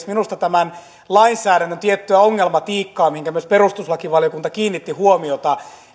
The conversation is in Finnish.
minusta tämän lainsäädännön tiettyä ongelmatiikkaa mihinkä myös perustuslakivaliokunta kiinnitti huomiota